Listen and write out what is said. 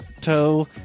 toe